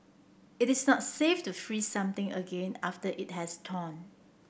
it is not safe to freeze something again after it has thawed